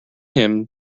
him